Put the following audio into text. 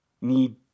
need